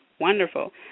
wonderful